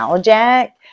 jack